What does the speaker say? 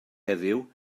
heddiw